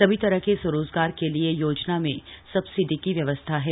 सभी तरह के स्वरोजगार कार्यो के लिए योजना में सब्सिडी की व्यवस्था है